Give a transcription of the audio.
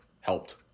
helped